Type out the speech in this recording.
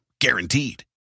Guaranteed